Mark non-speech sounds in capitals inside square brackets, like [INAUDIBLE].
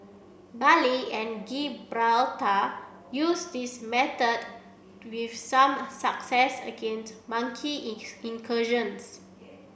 Bali and Gibraltar used this method with some success against monkey [UNINTELLIGIBLE] incursions